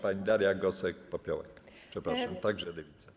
Pani Daria Gosek-Popiołek, przepraszam, także Lewica.